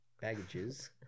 baggages